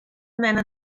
mena